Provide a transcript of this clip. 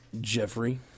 Jeffrey